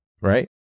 right